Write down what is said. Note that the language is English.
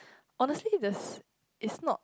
honestly there's it's not